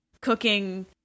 cooking